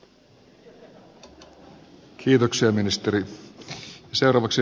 kiitoksia ministeri